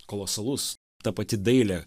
kolosalus ta pati dailė